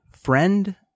friend